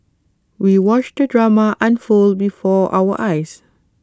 we watched the drama unfold before our eyes